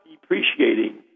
depreciating